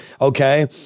okay